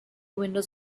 windows